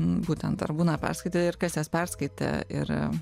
būtent dar būna perskaitai ir kas jas perskaitė ir